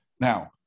Now